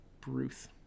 Bruce